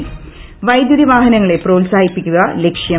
രാഖ്ദ്യൂതി വാഹനങ്ങളെ പ്രോത്സാഹിപ്പിക്കുക് ല്ക്ഷ്യം